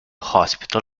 hospital